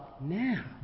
now